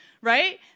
right